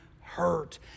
hurt